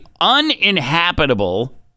uninhabitable